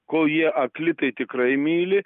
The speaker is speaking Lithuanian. kol jie akli tai tikrai myli